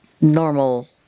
normal